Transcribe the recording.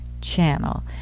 Channel